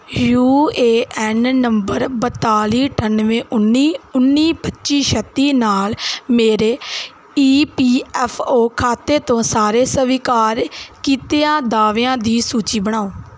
you A N number ਬਤਾਲੀ ਅਠਾਨਵੇਂ ਉੱਨੀ ਉੱਨੀ ਪੱਚੀ ਛੱਤੀ ਨਾਲ ਮੇਰੇ ਈ ਪੀ ਐਫ ਓ ਖਾਤੇ ਤੋਂ ਸਾਰੇ ਸਵੀਕਾਰ ਕੀਤਿਆਂ ਦਾਅਵਿਆਂ ਦੀ ਸੂਚੀ ਬਣਾਓ